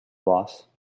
boss